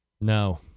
no